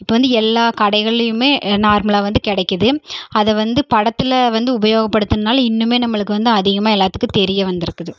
இப்போ வந்து எல்லா கடைகள்லையுமே நார்மலாக வந்து கிடைக்குது அதை வந்து படத்தில் வந்து உபயோகப்படுத்தினனால இன்னுமே நம்மளுக்கு வந்து அதிகமாக எல்லாத்துக்கும் தெரிய வந்திருக்குது